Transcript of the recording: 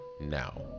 now